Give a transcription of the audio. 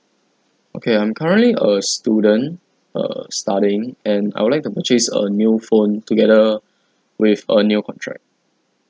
okay I'm currently a student err studying and I would like to purchase a new phone together with a new contract